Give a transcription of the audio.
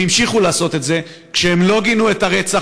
הם המשיכו לעשות את זה כשהם לא גינו את הרצח